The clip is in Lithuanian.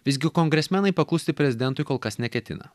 visgi kongresmenai paklusti prezidentui kol kas neketina